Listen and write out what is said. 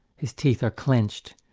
his teeth are clenched,